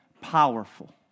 powerful